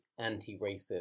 anti-racist